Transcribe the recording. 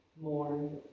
more